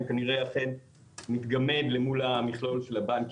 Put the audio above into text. כנראה אכן מתגמד למול המכלול של הבנקים.